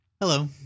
Hello